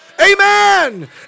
amen